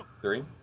Three